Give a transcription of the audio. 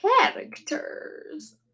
characters